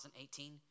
2018